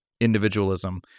individualism